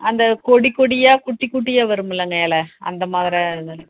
அந்த கொடிக்கொடியாக குட்டி குட்டியாக வருமில்லங்க இல அந்தமாதிரி இது